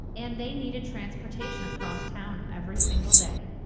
and they needed transportation across town every single day.